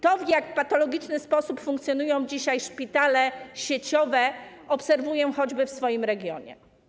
To, w jak patologiczny sposób funkcjonują dzisiaj szpitale sieciowe, obserwuję choćby w swoim regionie.